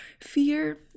fear